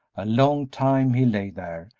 a long time he lay there,